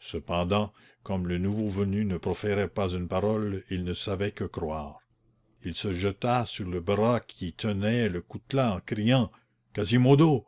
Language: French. cependant comme le nouveau venu ne proférait pas une parole il ne savait que croire il se jeta sur le bras qui tenait le coutelas en criant quasimodo